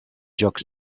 jocs